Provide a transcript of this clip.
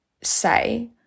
say